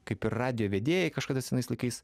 kaip ir radijo vedėjai kažkada senais laikais